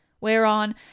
Whereon